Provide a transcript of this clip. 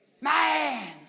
Man